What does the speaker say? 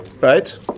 Right